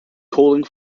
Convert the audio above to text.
calling